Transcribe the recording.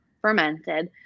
fermented